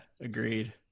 agreed